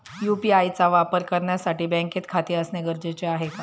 UPI चा वापर करण्यासाठी बँकेत खाते असणे गरजेचे आहे का?